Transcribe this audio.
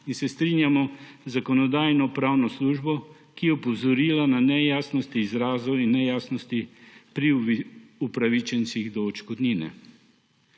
in s strinjamo z Zakonodajno-pravno službo, ki je opozorila na nejasnosti izrazov in nejasnosti pri upravičencih do odškodnine.